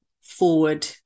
forward